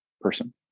person